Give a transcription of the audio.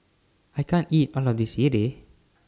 I can't eat All of This Sireh